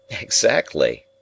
Exactly